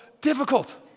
difficult